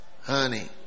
honey